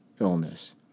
illness